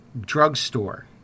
drugstore